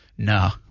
No